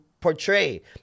portray